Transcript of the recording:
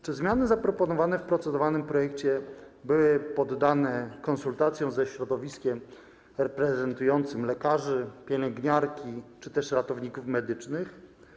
Czy zmiany zaproponowane w procedowanym projekcie były poddane konsultacjom ze środowiskiem reprezentującym lekarzy, pielęgniarki czy też ratowników medycznych?